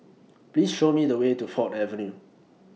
Please Show Me The Way to Ford Avenue